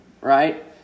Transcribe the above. right